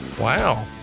Wow